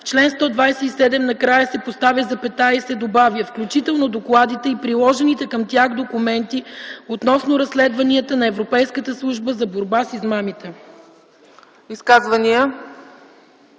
чл. 127 накрая се поставя запетая и се добавя „включително докладите и приложените към тях документи относно разследванията на Европейската служба за борба с измамите”.”